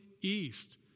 east